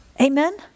Amen